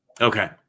Okay